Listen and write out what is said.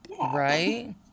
right